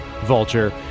Vulture